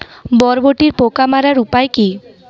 বরবটির পোকা মারার উপায় কি?